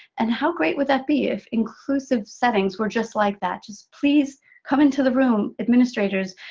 and how great would that be if inclusive settings were just like that. just please, come into the room, administrators,